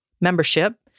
membership